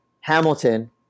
Hamilton